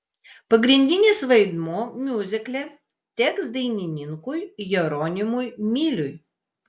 pagrindinis vaidmuo miuzikle teks dainininkui jeronimui miliui